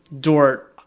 Dort